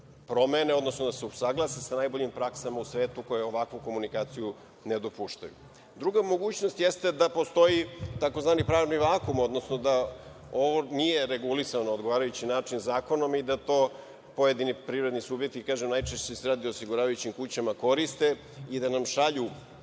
promene, odnosno da se usaglase sa najboljim praksama u svetu koji ovakvu komunikaciju ne dopuštaju. Druga mogućnost, jeste da postoji tzv. pravni vakum, odnosno da ovo nije regulisano na odgovarajući način zakonom i da to pojedini privredni subjekti, najčešće se radi o osiguravajućim kućama, koriste, i da sa nama